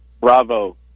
bravo